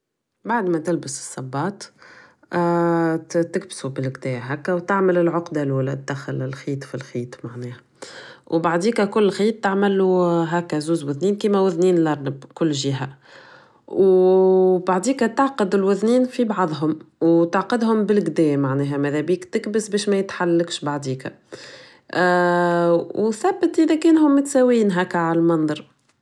بعدما تلبس الصباط تكبسو هكدا و تعمل العقدة الاولة تدخل الخيط فالخيط معناها و بعديكا كل خيط تعملو هكا زوج ودنين كيما ودنين الارنب كل جهة و بعديكا تعقد الودنين في بعضهم و تعقدهم بالڨدا معناها مدابيك تكبس بش مايتحلكش بعديكا و ثبت ايديك ادا كان هوما متسوايين هكا عل منظر